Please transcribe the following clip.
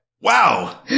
Wow